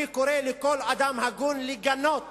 אני קורא לכל אדם הגון לגנות